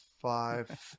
five